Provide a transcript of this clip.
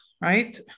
right